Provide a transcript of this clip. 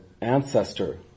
ancestor